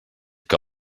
que